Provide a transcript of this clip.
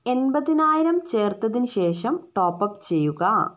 എൺപതിനായിരം ചേർത്തതിന് ശേഷം ടോപ്പപ് ചെയ്യുക